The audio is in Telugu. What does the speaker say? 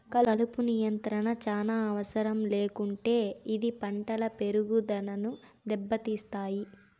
కలుపు నియంత్రణ చానా అవసరం లేకుంటే ఇది పంటల పెరుగుదనను దెబ్బతీస్తాయి